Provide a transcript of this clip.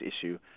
issue